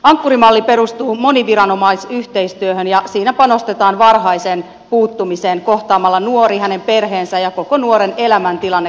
ankkuri malli perustuu moniviranomaisyhteistyöhön ja siinä panostetaan varhaiseen puuttumiseen kohtaamalla nuori hänen perheensä ja koko nuoren elämäntilanne kokonaisvaltaisesti